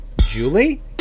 Julie